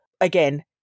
Again